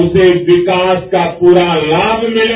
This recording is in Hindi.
उसे विकास का पूरा लाम मिले